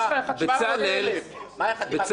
יא חתיכת אפס.